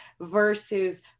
versus